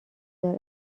دار